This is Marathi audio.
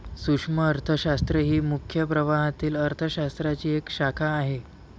सूक्ष्म अर्थशास्त्र ही मुख्य प्रवाहातील अर्थ शास्त्राची एक शाखा आहे